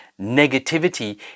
negativity